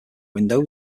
window